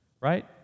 right